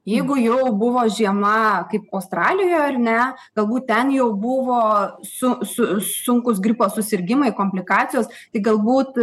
jeigu jau buvo žiema kaip australijoj ar ne galbūt ten jau buvo su su sunkūs gripo susirgimai komplikacijos tai galbūt